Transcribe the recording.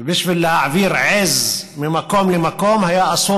ובשביל להעביר עז ממקום למקום היה אסור